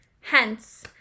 Hence